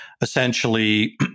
essentially